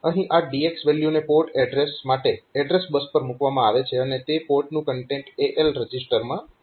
અહીં આ DX વેલ્યુને પોર્ટ એડ્રેસ માટે એડ્રેસ બસ પર મૂકવામાં આવે છે અને તે પોર્ટનું કન્ટેન્ટ AL રજીસ્ટરમાં આવશે